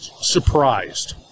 surprised